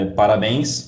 parabéns